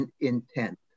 intent